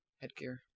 Headgear